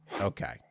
Okay